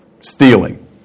stealing